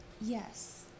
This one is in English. yes